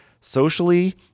socially